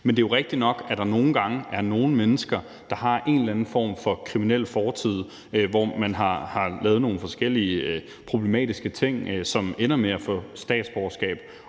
Men det er jo rigtigt nok, at der nogle gange er nogle mennesker, der har en eller anden form for kriminel fortid, hvor de har begået nogle forskellige problematiske ting, men som ender med at få statsborgerskab.